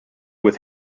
with